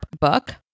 book